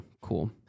Cool